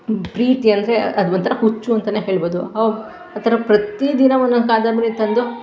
ಪ್ರೀತಿ ಅಂದರೆ ಅದು ಒಂಥರ ಹುಚ್ಚು ಅಂತಲೇ ಹೇಳ್ಬೋದು ಆವಾಗ ಆ ಥರ ಪ್ರತಿದಿನ ಒನ್ನೊಂದು ಕಾದಂಬರಿಯನ್ ತಂದು